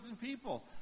people